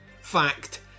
fact